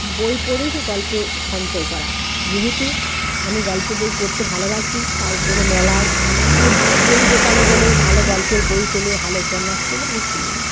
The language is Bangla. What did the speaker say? বই পড়েই সে গল্পে সঞ্চয় করা যেহেতু আমি গল্প বই পড়তে ভালোবাসি তাই কোনো মেলায় কোনো বই দোকানে গেলে ভালো গল্পের বই পেলে ভালো উপন্যাস পেলে আমি কিনে নিই